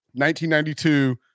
1992